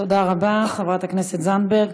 תודה רבה, חברת הכנסת זנדברג.